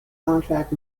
contract